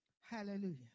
Hallelujah